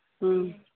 ꯎꯝ